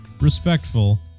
respectful